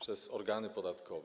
przez organy podatkowe.